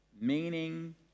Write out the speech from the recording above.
meaning